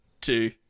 two